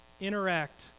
interact